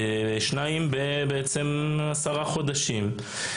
שניים, בעצם עשרה חודשים.